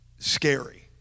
scary